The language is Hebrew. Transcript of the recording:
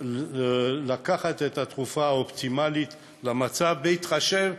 לקחת את התרופה האופטימלית במצב, בהתחשב,